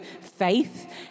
faith